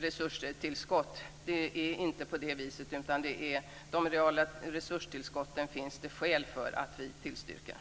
resurstillskott. Det är inte på det viset, utan det finns skäl för att vi tillstyrker de reala resurstillskotten.